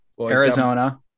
Arizona